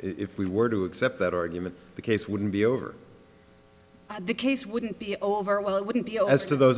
if we were to accept that argument the case wouldn't be over the case wouldn't be over well it wouldn't be as to those